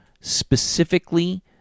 specifically